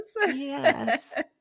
Yes